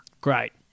Great